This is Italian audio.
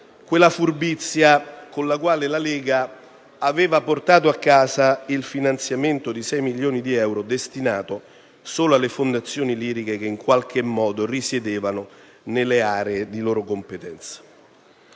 quella furbizia con la quale la Lega aveva portato a casa il finanziamento di 6 milioni di euro destinato solo alle fondazioni liriche aventi sede nelle aree di sua competenza.